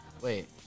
Wait